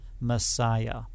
Messiah